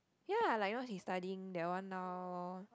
ya like now she's studying that one lor